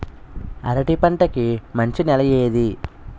అరటి పంట కి మంచి నెల ఏది?